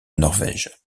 norvège